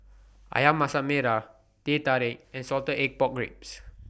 Ayam Masak Merah Teh Tarik and Salted Egg Pork Ribs